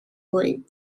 voting